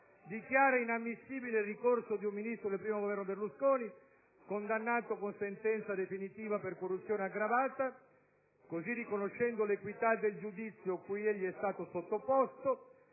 dichiara inammissibile il ricorso di un Ministro del I Governo Berlusconi, condannato con sentenza definitiva per corruzione aggravata, così riconoscendo l'equità del giudizio cui egli è stato sottoposto,